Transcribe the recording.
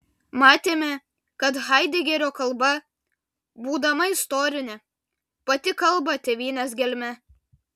matėme kad haidegerio kalba būdama istorinė pati kalba tėvynės gelme